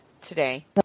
today